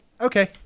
Okay